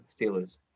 Steelers